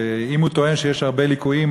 ואם הוא טוען שיש הרבה ליקויים,